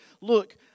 look